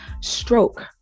Stroke